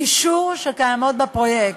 קישור שקיימות בפרויקט.